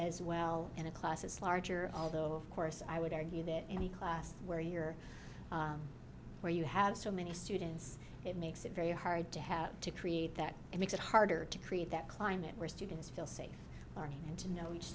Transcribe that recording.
as well in a class as larger although of course i would argue that any class where you're where you have so many students it makes it very hard to have to create that it makes it harder to create that climate where students feel safe learning to know each